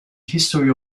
history